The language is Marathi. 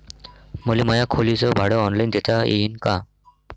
मले माया खोलीच भाड ऑनलाईन देता येईन का?